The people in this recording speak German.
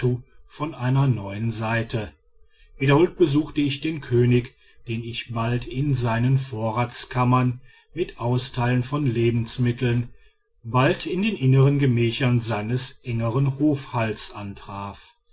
von einer neuen seite wiederholt besuchte ich den könig den ich bald in seinen vorratskammern mit austeilen von lebensmitteln bald in den innern gemächern seines engern hofhalts antraf